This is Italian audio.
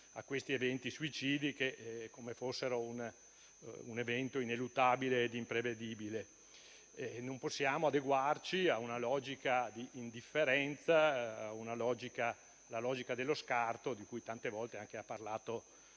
a questi eventi suicidari come fossero ineluttabili ed imprevedibili, e non possiamo adeguarci a una logica di indifferenza e dello scarto, di cui tante volte ha parlato